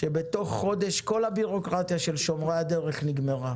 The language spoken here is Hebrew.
שבתוך חודש כל הבירוקרטיה של שומרי הדרך תיגמר.